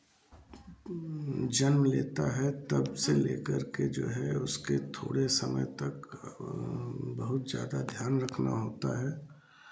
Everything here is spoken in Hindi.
जन्म लेता है तब से लेकर के जो है उसके थोड़े समय तक बहुत ज़्यादा ध्यान रखना होता है